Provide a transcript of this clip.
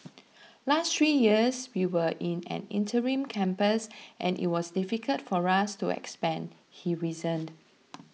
last three years we were in an interim campus and it was difficult for us to expand he reasoned